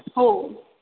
हो